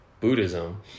Buddhism